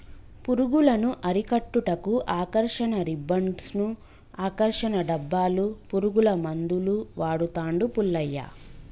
పురుగులను అరికట్టుటకు ఆకర్షణ రిబ్బన్డ్స్ను, ఆకర్షణ డబ్బాలు, పురుగుల మందులు వాడుతాండు పుల్లయ్య